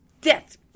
death